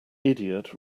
idiot